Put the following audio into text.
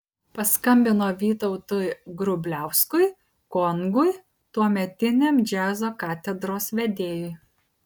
paskambino vytautui grubliauskui kongui tuometiniam džiazo katedros vedėjui